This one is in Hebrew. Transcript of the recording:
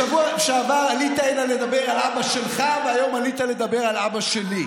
בשבוע שעבר עלית הנה לדבר על אבא שלך והיום עלית לדבר על אבא שלי.